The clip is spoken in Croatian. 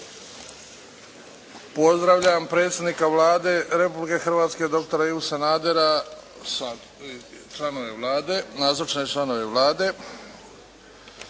Pozdravljam predsjednika Vlade Republike Hrvatske doktora Ivu Sanadera i sve nazočne članove Vlade.